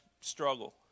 struggle